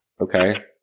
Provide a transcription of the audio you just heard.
okay